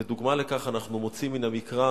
ודוגמה לכך אנחנו מוצאים במקרא,